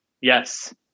Yes